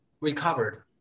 recovered